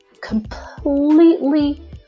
completely